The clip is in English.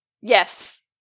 Yes